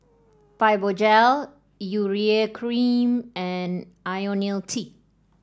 Fibogel Urea Cream and IoniL T